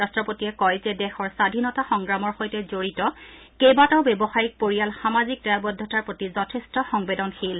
ৰাট্টপতিয়ে কয় যে দেশৰ স্বাধীনতা সংগ্ৰামৰ সৈতে জৰিত কেইবাটাও ব্যৱসায়িক পৰিয়াল সামাজিক দায়বদ্ধতাৰ প্ৰতি যথেষ্ঠ সংবেদনশীল